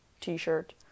t-shirt